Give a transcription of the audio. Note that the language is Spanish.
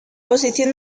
posición